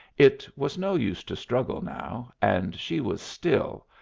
it was no use to struggle now, and she was still,